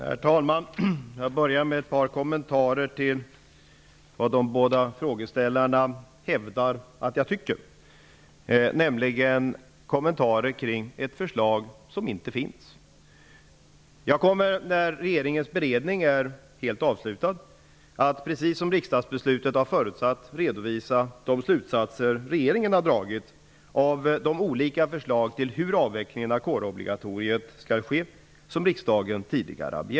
Herr talman! Jag börjar med ett par kommentarer till vad de båda frågeställarna hävdar att jag tycker, nämligen några kommentarer kring ett förslag som inte finns. När regeringens beredning är helt avslutad kommer jag, precis som riksdagsbeslutet har förutsatt, att redovisa de slutsatser regeringen har dragit av de olika förslag till hur avvecklingen av kårobligatoriet skall ske.